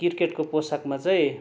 क्रिकेटको पोसाकमा चाहिँ